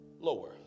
lower